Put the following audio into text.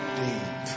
deep